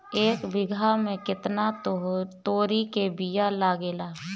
एक बिगहा में केतना तोरी के बिया लागेला?